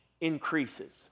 increases